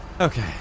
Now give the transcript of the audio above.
Okay